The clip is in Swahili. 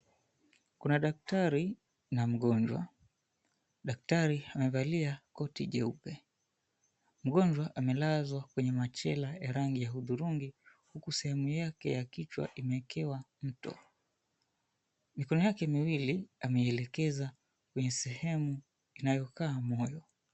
Kuna daktari na mgonjwa, daktari amevalia koti jeupe, mgonjwa amelazwa kwenye machela ya rangi ya hudhurungi huku sehemu yake ya kichwa imeekewa mto. Mikono yake miwili ameielekeza kwenye sehemu inayokaa moyo.